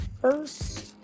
first